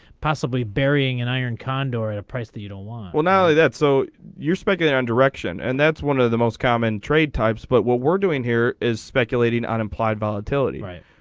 possibly burying an iron condor and a price that you don't want well now that so. your speculate on direction and that's one of the most common trade types but what we're doing here is speculating on implied volatility right.